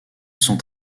sont